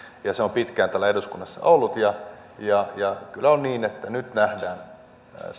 ja se on pitkään täällä eduskunnassa ollut ja ja kyllä on niin että nyt nähdään